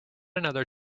another